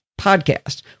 podcast